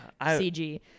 CG